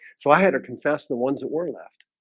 so i had to confess the ones that were left